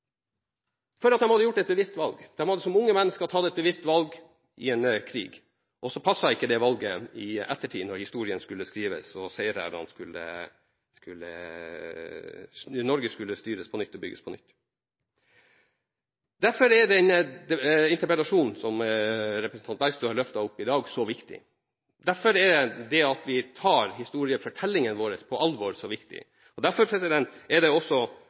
hadde gjort et bevisst valg. Som unge mennesker hadde de tatt et bevisst valg i en krig, og så passet ikke det valget i ettertid, når historien skulle skrives og Norge skulle styres og bygges på nytt. Derfor er interpellasjonen som representanten Bergstø har løftet opp i dag, så viktig, derfor er det så viktig at vi tar historiefortellingen vår på alvor, og derfor blir jeg også glad og